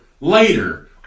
later